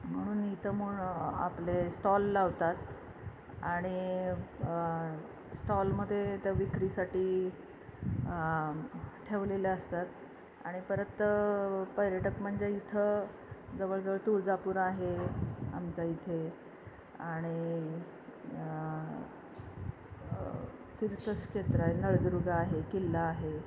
म्हणून इथं मग आपले स्टॉल लावतात आणि स्टॉलमध्ये तर विक्रीसाठी ठेवलेले असतात आणि परत पर्यटक म्हणजे इथं जवळजवळ तुळजापूर आहे आमचा इथे आणि तीर्थक्षेत्र आहे नळदुर्ग आहे किल्ला आहे